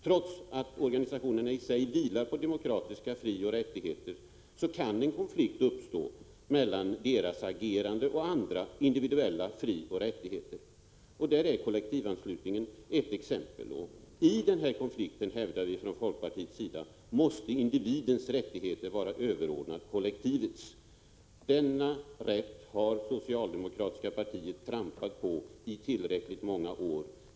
Trots att organisationerna i sig vilar på demokratiska frioch rättigheter kan en konflikt uppstå mellan deras agerande och andra individuella frioch rättigheter, och kollektivanslutningen är ett exempel på detta. I denna konflikt måste, hävdar vi från folkpartiets sida, individens rättigheter vara överordnade kollektivets. Denna rätt har socialdemokratiska partiet trampat på i tillräckligt många år.